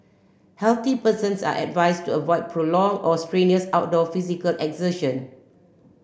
healthy persons are advised to avoid prolonged or strenuous outdoor physical exertion